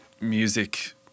music